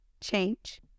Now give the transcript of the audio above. change